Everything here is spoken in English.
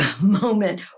moment